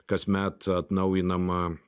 kasmet atnaujinamą